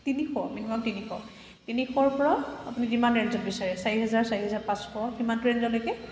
তিনিশ মিনিমাম তিনিশ তিনিশৰ পৰা আপুনি যিমান ৰেঞ্জত বিচাৰে চাৰি হেজাৰ চাৰি হেজাৰ পাঁচশ সিমানটো ৰেঞ্জলৈকে